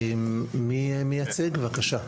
בבקשה.